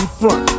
front